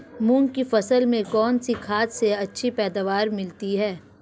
मूंग की फसल में कौनसी खाद से अच्छी पैदावार मिलती है?